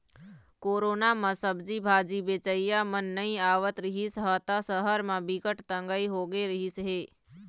corona म सब्जी भाजी बेचइया मन नइ आवत रिहिस ह त सहर म बिकट तंगई होगे रिहिस हे